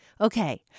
Okay